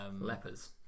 lepers